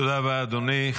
תודה רבה, אדוני.